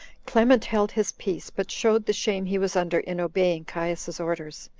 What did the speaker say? clement held his peace, but showed the shame he was under in obeying caius's orders,